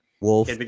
Wolf